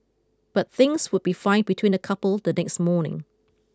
but things would be fine between the couple the next morning